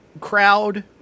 crowd